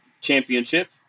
Championship